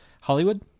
Hollywood